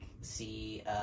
see